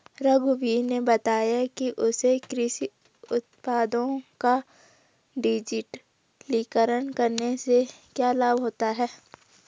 रघुवीर ने बताया कि उसे कृषि उत्पादों का डिजिटलीकरण करने से क्या लाभ होता है